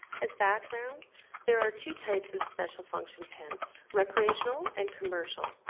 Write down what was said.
as background there are two types of special function tents. recreational and commercial.